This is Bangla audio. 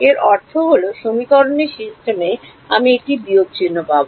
এর অর্থ হল সমীকরণের সিস্টেমে আমি একটি বিয়োগ চিহ্ন পাব